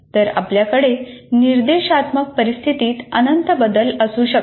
तर आपल्याकडे निर्देशात्मक परिस्थितीत अनंत बदल असू शकतात